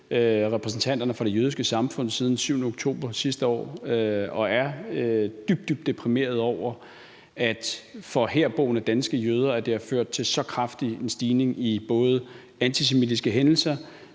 repræsentanterne for Det Jødiske Samfund siden den 7. oktober sidste år, og jeg er dybt, dybt deprimeret over, at det for herboende danske jøder har ført til så kraftig en stigning i både antisemitiske hændelser,